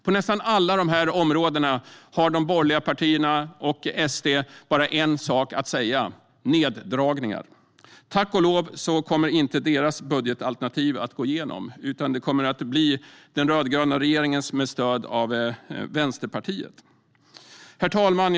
På nästan alla dessa områden har de borgerliga partierna och SD bara en sak att säga: neddragningar. Tack och lov kommer inte deras budgetalternativ att gå igenom, utan det kommer att bli den rödgröna regeringens med stöd av Vänsterpartiet. Herr talman!